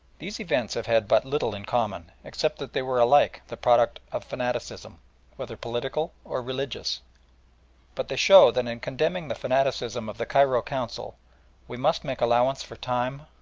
these events have had but little in common except that they were alike the products of fanaticism whether political or religious but they show that in condemning the fanaticism of the cairo council we must make allowance for time,